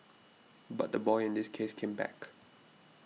but the boy in this case came back